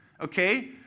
okay